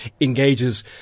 engages